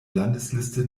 landesliste